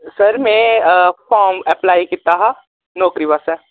sir में form apply कीता हा नौकरी वास्तै